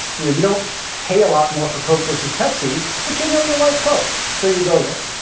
yeah you don't pay a lot more for coke versus pepsi, but you know you like coke, so you go there.